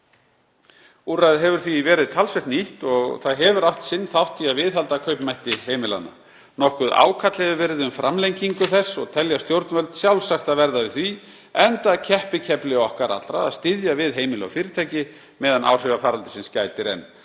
Úrræðið hefur því verið talsvert nýtt og það hefur átt sinn þátt í að viðhalda kaupmætti heimilanna. Nokkuð ákall hefur verið um framlengingu þess og telja stjórnvöld sjálfsagt að verða við því enda keppikefli okkar allra að styðja við heimili og fyrirtæki á meðan áhrifa faraldursins gætir enn.